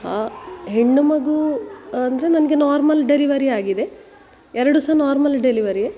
ಆ ಹೆಣ್ಣು ಮಗು ಅಂದರೆ ನನಗೆ ನಾರ್ಮಲ್ ಡೆಲಿವೆರಿ ಆಗಿದೆ ಎರಡೂ ಸಹ ನಾರ್ಮಲ್ ಡೆಲಿವೆರಿಯೇ